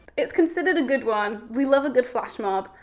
it's considered a good one. we love a good flash mob,